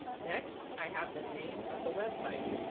next i have the name of the website.